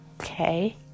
okay